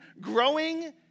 growing